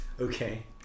Okay